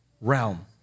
realm